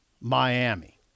Miami